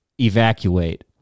Evacuate